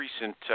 recent